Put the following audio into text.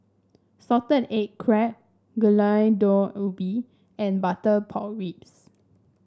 Salted Egg Crab Gulai Daun Ubi and Butter Pork Ribs